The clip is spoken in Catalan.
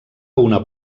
una